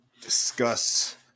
discuss